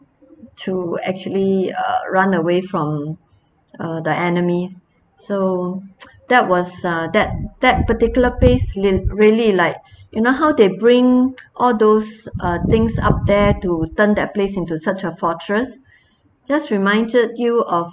to actually uh run away from uh the enemies so that was uh that that particular place really like you know how they bring all those uh things up there to turn that place into such a fortress just reminded you of